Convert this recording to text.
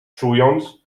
czując